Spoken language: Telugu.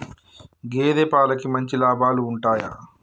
గేదే పాలకి మంచి లాభాలు ఉంటయా?